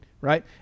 right